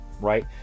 right